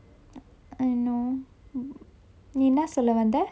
I know நீ என்ன சொல்ல வந்த:nee enna solla vantha